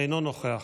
אינו נוכח,